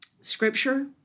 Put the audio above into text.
scripture